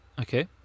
Okay